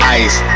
ice